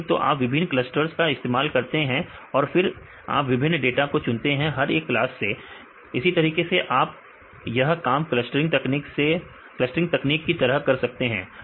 तो आप विभिन्न क्लस्टर्स का इस्तेमाल करते हैं और फिर आप विभिन्न डाटा को चुनते हैं हर एक क्लास से इसी तरीके से आप यह काम क्लस्टरिंग तकनीक की तरह कर सकते हैं